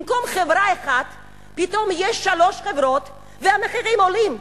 במקום חברה אחת פתאום יש שלוש חברות והמחירים עולים.